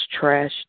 Trash